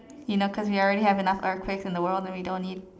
you know cause we already have enough earthquakes in the world and we don't need